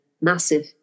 massive